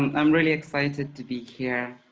um really excited to be here.